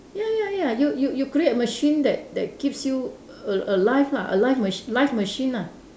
ya ya ya you you you create a machine that that keeps you a~ alive lah a life mach~ life machine ah